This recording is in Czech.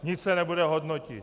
Nic se nebude hodnotit.